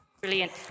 Brilliant